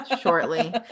shortly